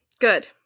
good